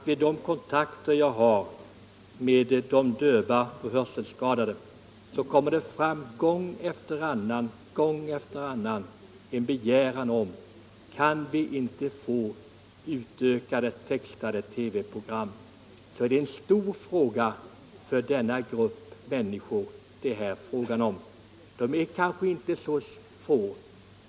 Vid de kontakter jag har med de döva och hörselskadade kommer gång efter annan fram en begäran om ökat antal textade TV-program. Det är en stor fråga för denna grupp människor. De är inte så få.